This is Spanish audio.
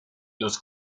los